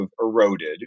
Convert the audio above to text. eroded